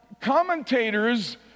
commentators